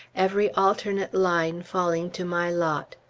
every alternate line falling to my lot.